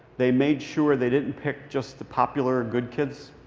they made sure they didn't pick just the popular good kids.